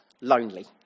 lonely